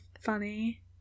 funny